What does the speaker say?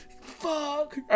Fuck